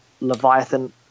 Leviathan